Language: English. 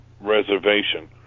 reservation